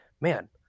man